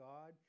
God